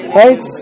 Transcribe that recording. right